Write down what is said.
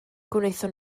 gwnaethon